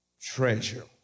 treasure